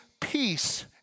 peace